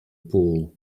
pool